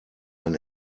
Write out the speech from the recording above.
ein